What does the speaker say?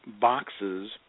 boxes